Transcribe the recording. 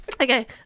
Okay